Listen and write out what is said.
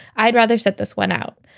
i'd rather sit this one out.